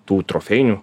tų trofėjinių